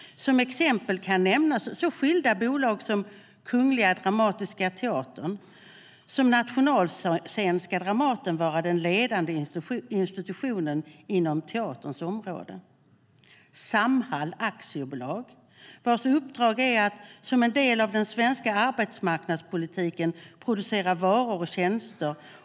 Som exempel kan nämnas så skilda bolag som Kungliga Dramatiska teatern och Samhall. Som nationalscen ska Dramaten vara den ledande institutionen inom teaterns område. Samhall Aktiebolag har som uppdrag att som en del av den svenska arbetsmarknadspolitiken producera varor och tjänster.